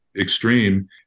extreme